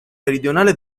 meridionale